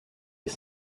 les